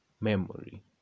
memory